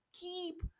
keep